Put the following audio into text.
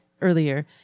earlier